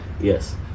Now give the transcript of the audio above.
yes